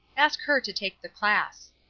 ask her to take the class.